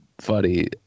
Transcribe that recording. funny